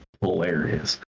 hilarious